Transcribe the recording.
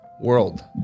World